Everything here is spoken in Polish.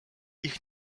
ich